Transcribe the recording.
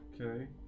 Okay